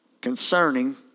concerning